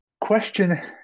Question